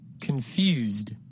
Confused